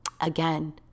again